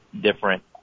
different